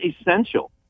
essential